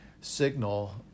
signal